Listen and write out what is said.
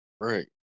Right